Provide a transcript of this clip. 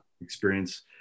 experience